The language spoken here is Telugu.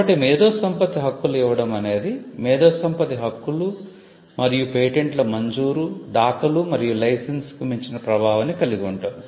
కాబట్టి మేధోసంపత్తి హక్కులు ఇవ్వడం అనేది మేధోసంపత్తి హక్కులు మరియు పేటెంట్ల మంజూరు దాఖలు మరియు లైసెన్స్ కు మించిన ప్రభావాన్ని కలిగి ఉంటుంది